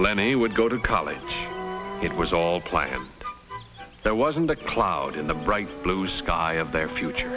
plenty would go to college it was all planned there wasn't a cloud in the bright blue sky of their future